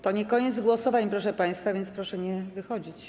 To nie koniec głosowań, proszę państwa, więc proszę nie wychodzić.